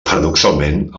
paradoxalment